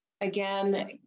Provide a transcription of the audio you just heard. again